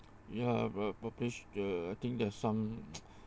ya but probably the I think there's some